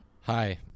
Hi